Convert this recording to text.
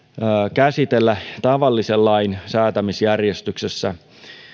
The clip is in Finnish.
käsitellä tavallisen lain säätämisjärjestyksessä